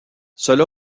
cela